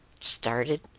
started